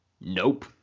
Nope